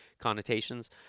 connotations